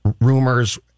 rumors